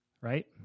Right